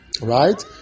Right